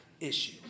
issue